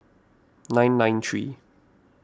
nine nine three